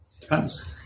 depends